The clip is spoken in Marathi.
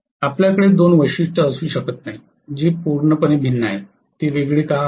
आपल्याकडे दोन वैशिष्ट्ये असू शकत नाहीत जी पूर्णपणे भिन्न आहेत ती वेगळी का आहेत